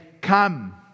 Come